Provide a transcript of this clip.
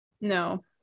No